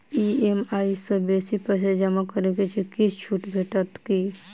EMI सँ बेसी पैसा जमा करै सँ किछ छुट भेटत की?